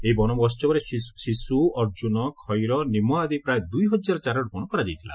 ଏହି ବନ ମହୋସ୍ବରେ ଶିଶୁ ଅର୍ଜୁନ ଖଇର ନିମ ଆଦି ପ୍ରାୟ ଦୁଇ ହଜାର ଚାରାରୋପଣ କରାଯାଇଥିଲା